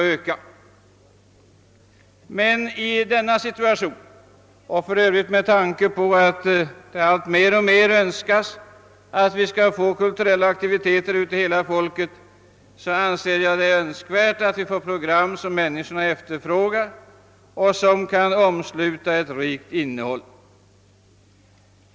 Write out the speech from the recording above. I den situationen och med tanke på att vi önskar få kulturella aktiviteter ut till hela folket i ökad ut sträckning anser jag det vara synnerligen önskvärt att vi kan bjuda program som människorna efterfrågar och som har ett rikt innehåll.